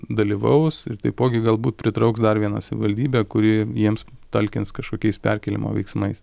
dalyvaus ir taipogi galbūt pritrauks dar vieną savivaldybę kuri jiems talkins kažkokiais perkėlimo veiksmais